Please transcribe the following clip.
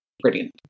Brilliant